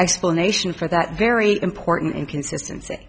explanation for that very important inconsistency